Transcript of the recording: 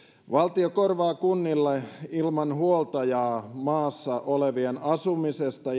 valtio korvaa kunnille ilman huoltajaa maassa olevien asumisesta